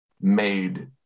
made